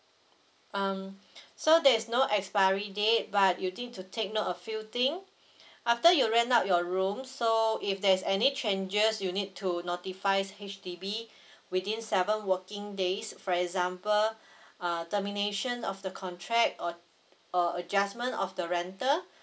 um so there's no expiry date but you need to take note a few thing after you rent out your room so if there's any changes you need to notifies H_D_B within seven working days for example uh termination of the contract or or adjustment of the rental